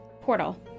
portal